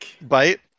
bite